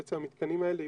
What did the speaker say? המתקנים האלה,